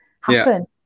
happen